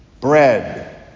bread